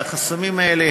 והחסמים האלה,